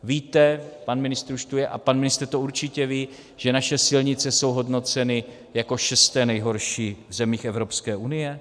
Víte pan ministr už tu je a pan ministr to určitě ví, že naše silnice jsou hodnoceny jako šesté nejhorší v zemích Evropské unie?